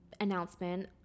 announcement